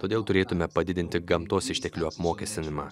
todėl turėtume padidinti gamtos išteklių apmokestinimą